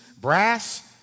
brass